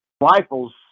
rifles